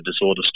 disorder